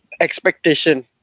Expectation